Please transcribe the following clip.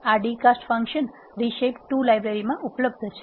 આ d cast function reshape2 library માં ઉપલબ્ધ છે